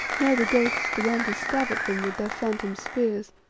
now the ghosts began to stab at them with their phantom spears,